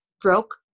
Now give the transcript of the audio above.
broke